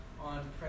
on